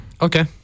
Okay